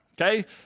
okay